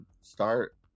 start